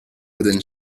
wooden